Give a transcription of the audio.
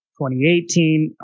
2018